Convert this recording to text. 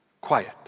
Quiet